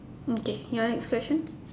okay your next question